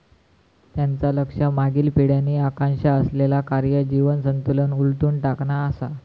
त्यांचा लक्ष मागील पिढ्यांनी आकांक्षा असलेला कार्य जीवन संतुलन उलथून टाकणा असा